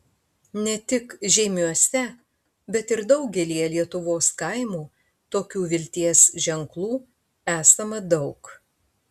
ne tik žeimiuose bet ir daugelyje lietuvos kaimų tokių vilties ženklų esama daug